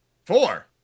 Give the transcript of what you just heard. four